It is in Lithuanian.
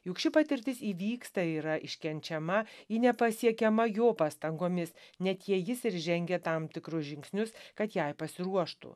juk ši patirtis įvyksta ir yra iškenčiama ji nepasiekiama jo pastangomis net jei jis ir žengė tam tikrus žingsnius kad jai pasiruoštų